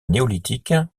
néolithique